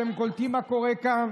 אתם קולטים מה קורה כאן?